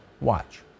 Watch